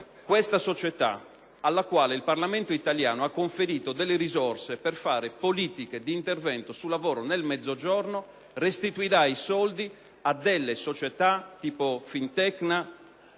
questa società, alla quale il Parlamento italiano ha conferito delle risorse per fare politiche di intervento sul lavoro nel Mezzogiorno, restituirà i soldi ad altre società, come Fintecna